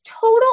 total